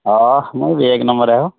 ଅ ମୁଇଁ ବି ଏକ ନମ୍ବର୍ ହୋ